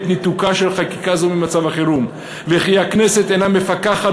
ניתוקה של חקיקה זו ממצב החירום ועל כך שהכנסת אינה מפקחת